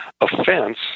offense